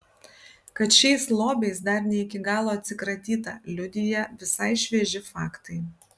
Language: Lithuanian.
kad šiais lobiais dar ne iki galo atsikratyta liudija visai švieži faktai